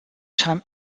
time